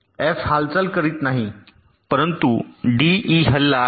F हालचाल करत नाही परंतु डी ई हलला आहे